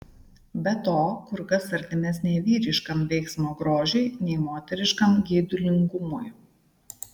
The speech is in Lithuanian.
be to kur kas artimesnė vyriškam veiksmo grožiui nei moteriškam geidulingumui